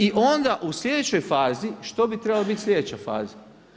I onda u sljedećoj fazi, što bi trebala biti sljedeća faza?